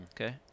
Okay